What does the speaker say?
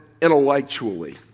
intellectually